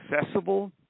accessible